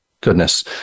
goodness